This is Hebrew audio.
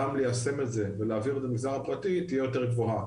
גם ליישם את זה ולהעביר את זה למגזר הפרטי תהיה יותר גבוהה.